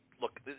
look